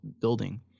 building